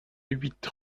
huit